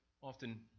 often